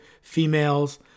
females